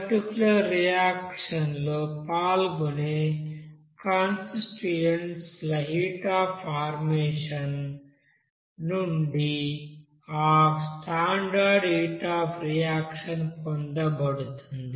particular reaction లో పాల్గొనే constituents ల హీట్ అఫ్ ఫార్మేషన్ నుండి ఆ స్టాండర్డ్ హీట్ అఫ్ రియాక్షన్ పొందబడుతుంది